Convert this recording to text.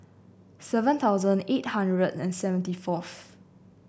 seven thousand eight hundred and sixty fourth